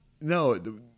no